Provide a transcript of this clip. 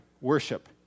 worship